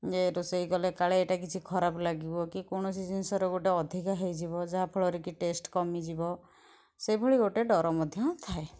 ଯେ ରୋଷେଇ କଲେ କାଳେ ଏଇଟା କିଛି ଖରାପ ଲାଗିବ କି କୌଣସି ଜିନିଷର ଗୋଟେ ଅଧିକା ହୋଇଯିବ ଯାହାଫଳରେ କି ଟେଷ୍ଟ କମିଯିବ ସେ ଭଳି ଗୋଟେ ଡର ମଧ୍ୟ ଥାଏ